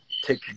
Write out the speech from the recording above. take